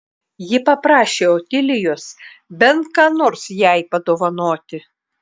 ji paprašė otilijos bent ką nors jai padovanoti